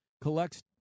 collects